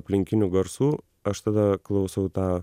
aplinkinių garsų aš tada klausau tą